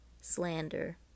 slander